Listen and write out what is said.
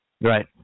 Right